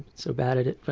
so bad at it. but